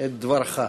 את דברך.